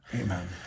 Amen